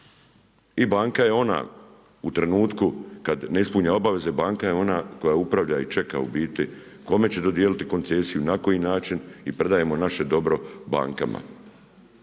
I banka je ona u trenutku kada ne ispuni obaveze banka je ona koja upravlja i čeka u biti kome će dodijeliti koncesiju, na koji način i predajemo naše dobro bankama.